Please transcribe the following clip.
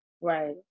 Right